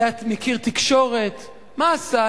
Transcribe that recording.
מכיר תקשורת, מה עשה?